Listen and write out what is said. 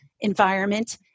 environment